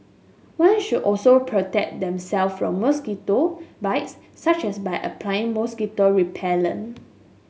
one should also protect themself from mosquito bites such as by applying mosquito repellent